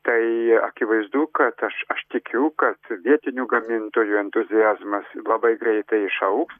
tai akivaizdu kad aš aš tikiu kad vietinių gamintojų entuziazmas labai greitai išaugs